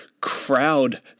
crowd